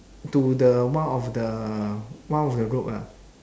to the one of the one of the rope ah